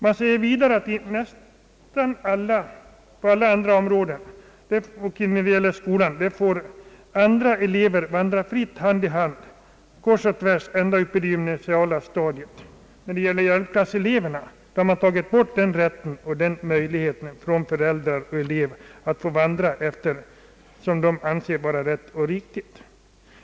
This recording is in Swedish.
Man påpekar vidare att eleverna på nästan alla andra områden i skolan får vandra fritt mellan de olika linjerna ända upp till det gymnasiala skolstadiet. Hjälpklasseleverna och deras föräldrar har berövats denna möjlighet och rätt att välja den väg som man anser vara den lämpliga och riktiga.